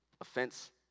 offense